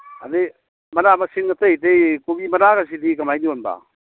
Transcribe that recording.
ꯑꯗꯩ ꯃꯅꯥ ꯃꯁꯤꯡ ꯑꯇꯩ ꯑꯇꯩ ꯀꯣꯕꯤ ꯃꯅꯥꯒꯁꯤꯗꯤ ꯀꯃꯥꯏ ꯌꯣꯟꯕ